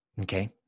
okay